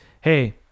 hey